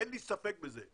אין לי ספק בזה.